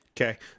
Okay